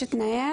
שתנאיה,